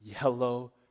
yellow